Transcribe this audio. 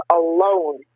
alone